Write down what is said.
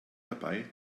dabei